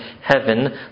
heaven